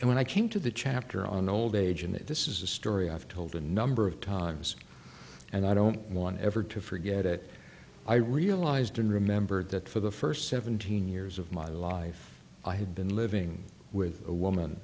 and when i came to the chapter on old age and this is a story i've told a number of times and i don't want ever to forget it i realized and remembered that for the first seventeen years of my life i had been living with a woman